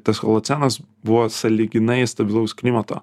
tas holocenas buvo sąlyginai stabilaus klimato